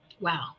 Wow